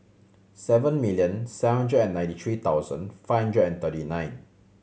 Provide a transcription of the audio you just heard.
seven million seven hundred and ninety three thousand five hundred and thirty nine